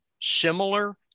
similar